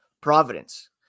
Providence